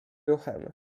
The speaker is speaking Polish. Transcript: ruchem